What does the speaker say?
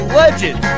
legend